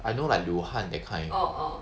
I know like luhan that kind